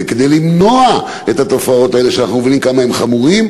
כדי למנוע את התופעות האלה שאנחנו מבינים כמה הן חמורות,